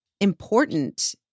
important